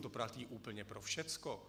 To platí úplně pro všecko.